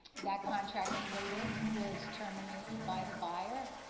that contract later was terminated by the buyer,